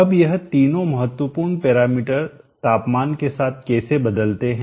अब यह तीनों महत्वपूर्ण पैरामीटर तापमान के साथ कैसे बदलते हैं